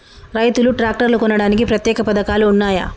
రైతులు ట్రాక్టర్లు కొనడానికి ప్రత్యేక పథకాలు ఉన్నయా?